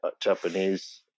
Japanese